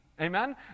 Amen